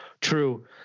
true